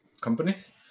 companies